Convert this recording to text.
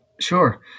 Sure